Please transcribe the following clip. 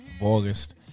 August